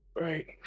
right